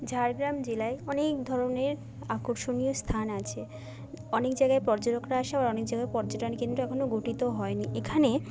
ঝাড়গ্রাম জেলায় অনেক ধরনের আকর্ষণীয় স্থান আছে অনেক জায়গায় পর্যটকরা আসে আবার অনেক জায়গায় পর্যটন কেন্দ্র এখনও গঠিত হয়নি এখানে